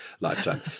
lifetime